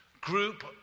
Group